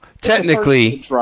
technically